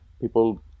people